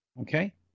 Okay